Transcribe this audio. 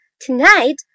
tonight